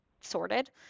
sorted